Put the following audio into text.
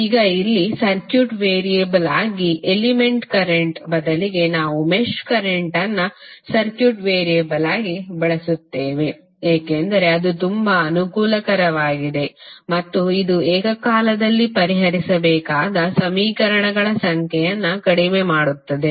ಈಗ ಇಲ್ಲಿ circuit variable ಆಗಿ ಎಲಿಮೆಂಟ್ ಕರೆಂಟ್ ಬದಲಿಗೆ ನಾವು ಮೆಶ್ ಕರೆಂಟ್ ಅನ್ನು ಸರ್ಕ್ಯೂಟ್ ವೇರಿಯಬಲ್ ಆಗಿ ಬಳಸುತ್ತೇವೆ ಏಕೆಂದರೆ ಅದು ತುಂಬಾ ಅನುಕೂಲಕರವಾಗಿದೆ ಮತ್ತು ಇದು ಏಕಕಾಲದಲ್ಲಿ ಪರಿಹರಿಸಬೇಕಾದ ಸಮೀಕರಣಗಳ ಸಂಖ್ಯೆಯನ್ನು ಕಡಿಮೆ ಮಾಡುತ್ತದೆ